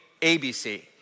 ABC